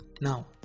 now